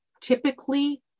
typically